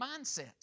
mindset